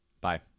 Bye